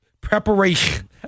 Preparation